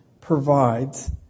provides